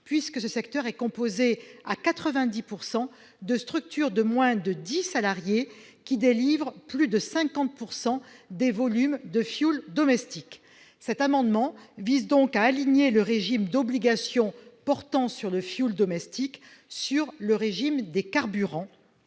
puisque ce secteur est composé à 90 % de structures de moins de dix salariés, qui délivrent plus de 50 % des volumes de fioul domestique. Cet amendement vise donc à aligner le régime d'obligations portant sur le fioul domestique sur le régime des carburants